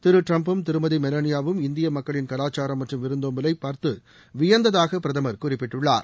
திரு டிரம்பும் திருமதி மெலானியாவும் இந்திய மக்களின் கலாச்சாரம் மற்றும் விருந்தோம்பலை பார்த்த வியந்ததாக பிரதமர் குறிப்பிட்டுள்ளார்